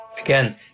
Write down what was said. again